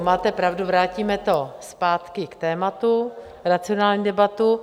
Máte pravdu, vrátíme to zpátky k tématu, racionální debatu.